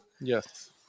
Yes